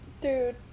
Dude